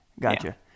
gotcha